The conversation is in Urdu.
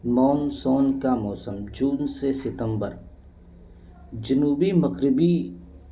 مونسون کا موسم جون سے ستمبر جنوبی مخربی